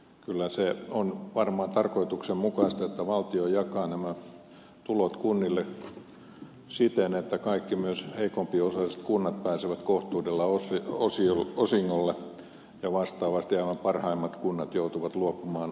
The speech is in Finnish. kyllä se on varmaan tarkoituksenmukaista että valtio jakaa nämä tulot kunnille siten että kaikki myös heikompiosaiset kunnat pääsevät kohtuudella osingolle ja vastaavasti aivan parhaimmat kunnat joutuvat luopumaan osasta